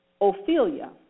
Ophelia